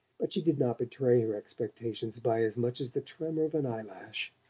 but she did not betray her expectations by as much as the tremor of an eye-lash.